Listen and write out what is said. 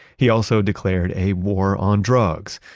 he also declared a war on drugs.